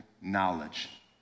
knowledge